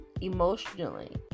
emotionally